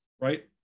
right